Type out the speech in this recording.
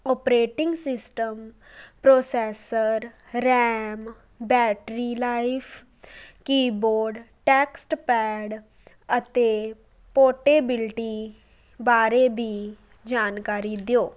operating system processor RAM battery life keyboard textpad ਅਤੇ portability ਬਾਰੇ ਵੀ ਜਾਣਕਰੀ ਦਿਓ